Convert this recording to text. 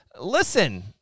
listen